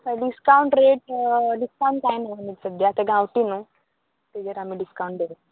discount rate discount काय ना आमी सद्द्या तीं गांवटी न्हू तेजेर आमी डिस्कावंट दवरना